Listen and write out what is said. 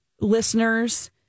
Listeners